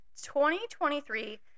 2023